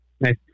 Nice